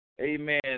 amen